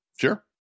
Sure